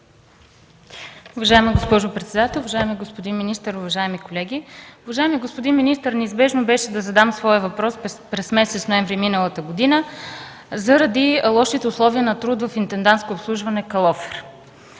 Уважаема госпожо председател, уважаеми господин министър, уважаеми колеги! Уважаеми господин министър, неизбежно беше да задам своя въпрос през месец ноември миналата година заради лошите условия на труд в „Интендантско обслужване – клон